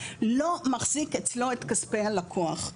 לא מחזיק אצלו את כספי הלקוח.